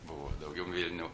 buvo daugiau vilnių